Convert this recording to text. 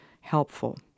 helpful